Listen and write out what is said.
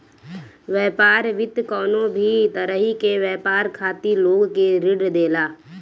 व्यापार वित्त कवनो भी तरही के व्यापार खातिर लोग के ऋण देला